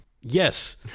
Yes